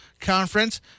conference